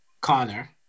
Connor